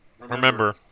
remember